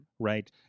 Right